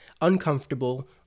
uncomfortable